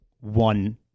one